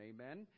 Amen